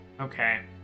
Okay